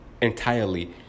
entirely